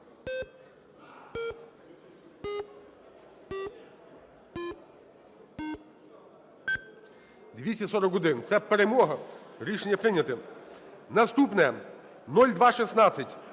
За-241 Це перемога. Рішення прийнято. Наступне – 0216,